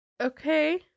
Okay